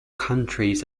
countries